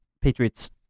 Patriots